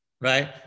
Right